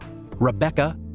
Rebecca